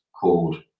called